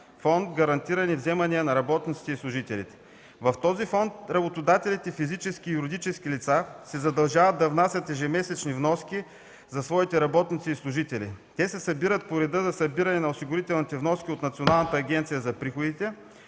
Фонд „Гарантирани вземания на работниците и служителите”. В него работодателите – физически и юридически лица, се задължават да внасят ежемесечни вноски за своите работници и служители. Те се събират по реда за внасяне на осигурителните вноски от Националната агенция за приходите,